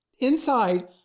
Inside